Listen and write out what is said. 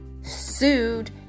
sued